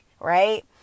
Right